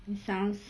it sounds